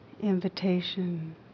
invitation